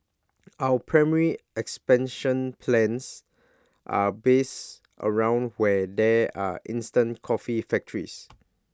our primary expansion plans are based around where there are instant coffee factories